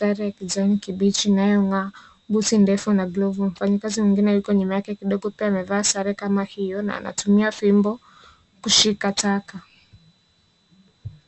rangi ya kijani kibichi inayong'aa, buti ndefu na glovu. Mfanyakazi mwengine yuko nyuma yake kidogo pia amaevaa sare kama hio na anatumia fimbo kushika taka.